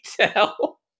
tell